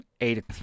eight